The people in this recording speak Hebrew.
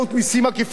לא תהיה ברירה,